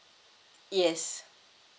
yes